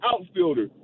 outfielder